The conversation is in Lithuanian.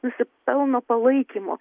nusipelno palaikymo